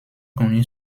connue